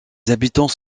habitants